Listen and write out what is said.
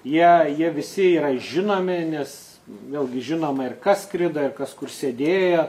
jie jie visi yra žinomi nes vėlgi žinoma ir kas skrido ir kas kur sėdėjo